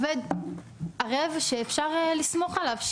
ערב שאפשר לסמוך עליו,